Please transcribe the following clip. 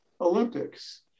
Olympics